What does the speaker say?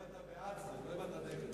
השאלה אם אתה בעד, לא אם אתה נגד.